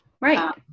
right